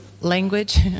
language